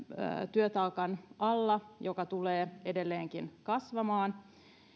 työtaakan alla työtaakka tulee edelleenkin kasvamaan